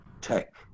tech